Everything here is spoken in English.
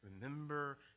remember